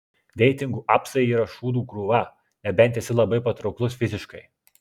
deitingų apsai yra šūdų krūva nebent esi labai patrauklus fiziškai